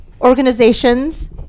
organizations